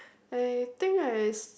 I think I